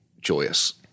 joyous